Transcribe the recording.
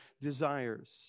desires